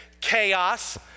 Chaos